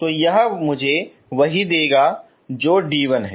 तो वह मुझे वही देगा जो d1 है